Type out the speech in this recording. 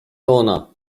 ona